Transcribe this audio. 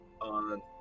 on